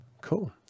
cool